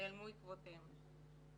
נעלמו עקבותיהם.